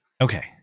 okay